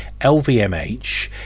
LVMH